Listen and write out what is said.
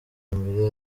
mbere